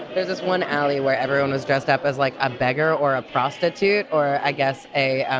there's just one alley where everyone is dressed up as like a beggar or a prostitute or i guess a